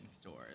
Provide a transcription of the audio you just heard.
stores